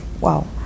wow